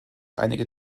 einige